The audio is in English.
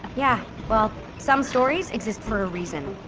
yeah, well some stories exist for a reason